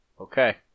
Okay